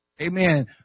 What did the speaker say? Amen